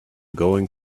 going